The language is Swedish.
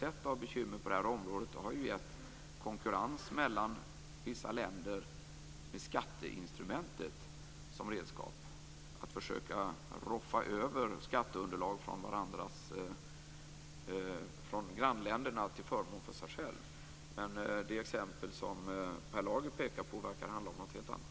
De bekymmer vi har sett på det här området har gällt konkurrens mellan vissa länder som med skatteinstrumentet som redskap försökt roffa över skatteunderlag från grannländerna till förmån för sig själva. Men det exempel som Per Lager pekar på verkar handla om något helt annat.